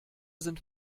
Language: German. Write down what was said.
sind